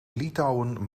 litouwen